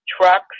trucks